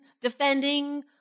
defending